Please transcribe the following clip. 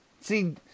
See